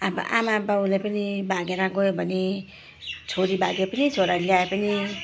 अब आमाबाउले पनि भागेर गयो भने छोरी भागे पनि छोराले ल्याए पनि